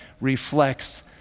reflects